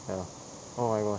ya oh my gosh